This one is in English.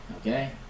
Okay